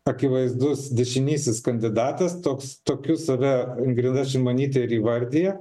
akivaizdus dešinysis kandidatas toks tokiu save ingrida šimonytė ir įvardija